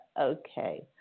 Okay